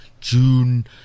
June